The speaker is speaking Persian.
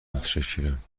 متشکرم